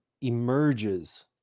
emerges